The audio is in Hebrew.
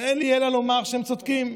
ואין לי אלא לומר שהם צודקים.